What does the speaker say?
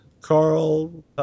Carl